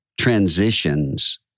transitions